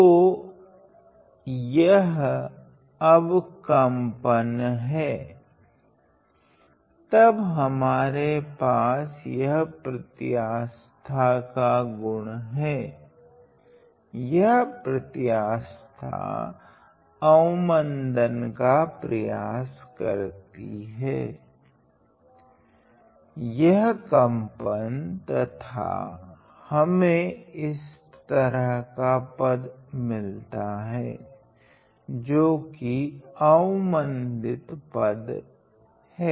तो यह अब कंपन है जब हमारे पास यह प्रत्यास्था का गुण है यह प्रत्यास्था अवमंदन का प्रयास करती है यह कंपन तथा हमे इस तरह का पद मिलता है जो कि अवमंदित पद हैं